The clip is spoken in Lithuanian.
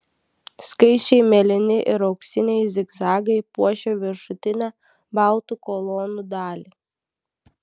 skaisčiai mėlyni ir auksiniai zigzagai puošė viršutinę baltų kolonų dalį